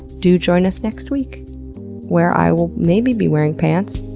do join us next week where i will maybe be wearing pants.